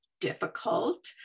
difficult